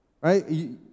right